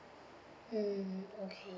mm okay